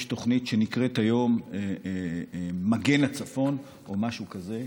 יש היום תוכנית שנקראת "מגן הצפון" או משהו כזה.